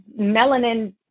melanin